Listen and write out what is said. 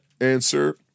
answer